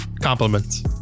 compliments